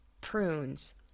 prunes